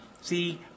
See